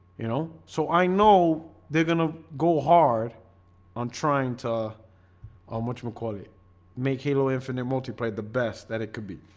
you know so i know they're gonna go hard on trying to how um much more quality make halo infinite multiplayer the best that it could be,